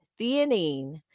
theanine